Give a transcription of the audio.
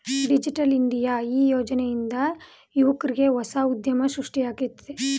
digital India ಈ ಯೋಜನೆಯಿಂದ ಯುವಕ್ರಿಗೆ ಹೊಸ ಉದ್ಯೋಗ ಸೃಷ್ಟಿಯಾಗುತ್ತಿದೆ